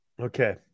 Okay